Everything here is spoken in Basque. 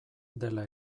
dela